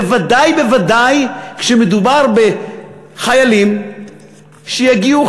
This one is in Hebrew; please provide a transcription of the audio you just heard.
בוודאי ובוודאי כשמדובר בחיילים שיגיעו,